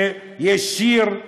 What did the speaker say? שיש שיר: